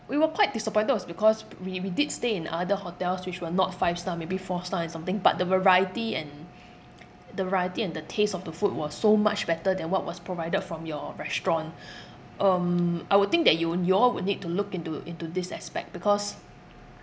we were quite disappointed was because we we did stay in other hotels which were not five star maybe four star and something but the variety and the variety and the taste of the food was so much better than what was provided from your restaurant um I would think that you you all would need to look into into this aspect because